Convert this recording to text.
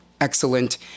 excellent